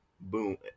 Boom